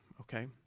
okay